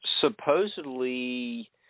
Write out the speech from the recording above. supposedly